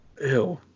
Ew